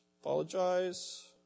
Apologize